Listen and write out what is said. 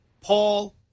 Paul